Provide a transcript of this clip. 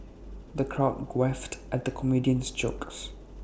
the crowd guffawed at the comedian's jokes